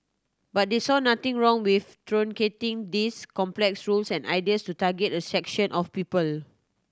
but they saw nothing wrong with truncating these complex rules and ideas to target a section of people